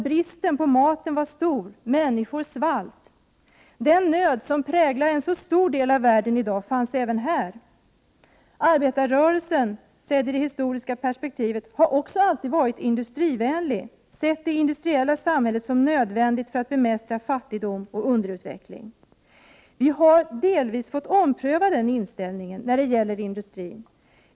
Bristen på mat var stor och människor svalt. Den nöd som i dag präglar en så stor del av världen fanns även här. Sett ur ett historiskt perspektiv har arbetarrörelsen alltid varit industrivänlig. Man har sett det industriella samhället som nödvändigt för att bemästra fattigdom och underutveckling. Vi har delvis fått ompröva den inställningen till industrin.